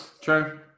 true